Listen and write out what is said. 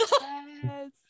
Yes